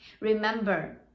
remember